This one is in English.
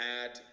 add